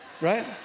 right